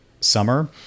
summer